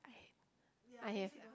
I have